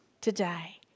today